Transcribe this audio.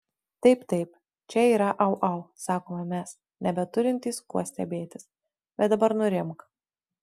taip taip čia yra au au sakome mes nebeturintys kuo stebėtis bet dabar nurimk